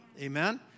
Amen